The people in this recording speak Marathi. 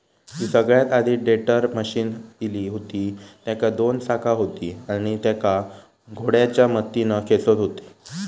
जी सगळ्यात आधी टेडर मशीन इली हुती तेका दोन चाका हुती आणि तेका घोड्याच्या मदतीन खेचत हुते